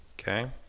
Okay